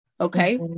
Okay